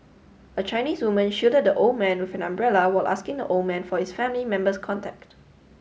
a Chinese woman shielded the old man with an umbrella while asking the old man for his family member's contact